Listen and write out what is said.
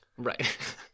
Right